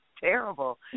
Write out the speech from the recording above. terrible